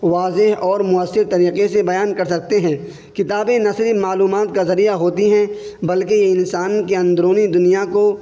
واضح اور مؤثر طریقے سے بیان کر سکتے ہیں کتابیں نہ صرف معلومات کا ذریعہ ہوتی ہیں بلکہ انسان کے اندرونی دنیا کو